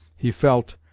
he felt,